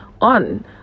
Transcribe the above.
On